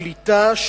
שליטה,